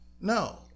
no